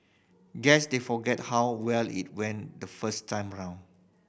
guess they forgot how well it went the first time round